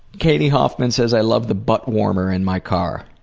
katie hoffman says i love the butt warmer in my car.